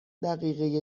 دقیقه